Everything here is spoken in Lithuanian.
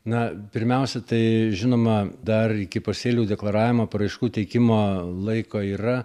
na pirmiausia tai žinoma dar iki pasėlių deklaravimo paraiškų teikimo laiko yra